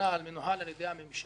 מנוהל על-ידי הממשלה,